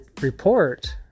report